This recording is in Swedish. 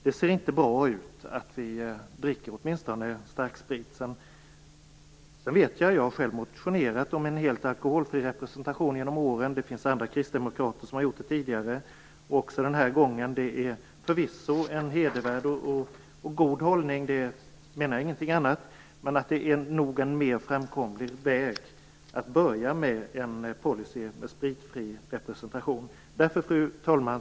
Det ser inte bra ut att vi dricker åtminstone starksprit. Jag har själv genom åren motionerat om en helt alkoholfri representation. Det finns också andra kristdemokrater som har gjort det tidigare och även den här gången. Det är förvisso en hedervärd och god hållning. Jag menar ingenting annat. Men det är nog en mer framkomlig väg att börja med en policy med spritfri representation. Fru talman!